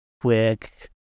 quick